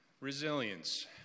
Resilience